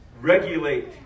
regulate